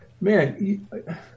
Man